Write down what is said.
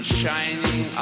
shining